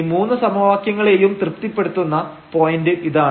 ഈ മൂന്ന് സമവാക്യങ്ങളെയുംതൃപ്തിപ്പെടുത്തുന്ന പോയന്റ് ഇതാണ്